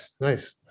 nice